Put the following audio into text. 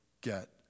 get